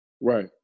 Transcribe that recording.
Right